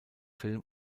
film